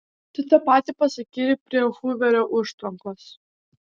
tu tą patį pasakei ir prie huverio užtvankos